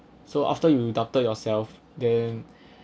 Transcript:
so after you doctor yourself then